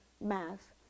math